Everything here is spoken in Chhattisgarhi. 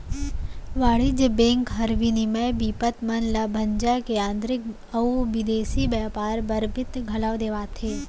वाणिज्य बेंक हर विनिमय बिपत मन ल भंजा के आंतरिक अउ बिदेसी बैयपार बर बित्त घलौ देवाथे